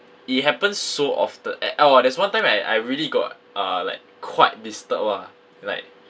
it happens so often eh orh there's one time when I I really got uh like quite disturbed ah like